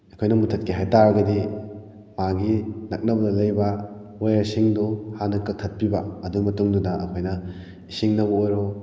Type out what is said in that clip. ꯑꯩꯈꯣꯏꯅ ꯃꯨꯊꯠꯀꯦ ꯍꯥꯏꯇꯥꯔꯒꯗꯤ ꯃꯥꯒꯤ ꯅꯛꯅꯕꯗ ꯂꯩꯔꯤꯕ ꯋꯥꯌꯥꯔꯁꯤꯡꯗꯨ ꯍꯥꯟꯅ ꯀꯛꯊꯠꯄꯤꯕ ꯑꯗꯨ ꯃꯇꯨꯡꯗ ꯑꯩꯈꯣꯏꯅ ꯏꯁꯤꯡꯅꯕꯨ ꯑꯣꯏꯔꯣ